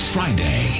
Friday